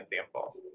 example